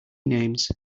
names